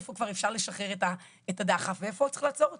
איפה כבר אפשר לשחרר את הדחף ואיפה צריך לעצור אותו.